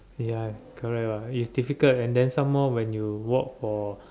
ya correct lah it's difficult and then some more when you work for